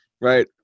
Right